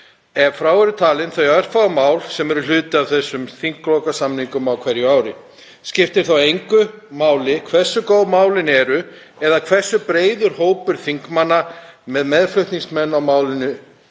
ef frá eru talin þau örfáu mál sem eru hluti af þinglokasamningum á hverju ári. Skiptir þá engu hversu góð málin eru eða hversu margir þingmenn eru meðflutningsmenn á málinu.